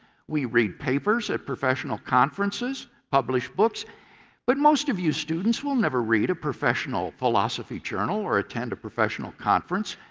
we read papers at professional conferences, and publish books but most of you students will never read a professional philosophy journal or attend a professional conference.